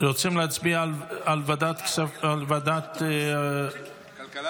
רוצים להצביע על ועדת הכלכלה?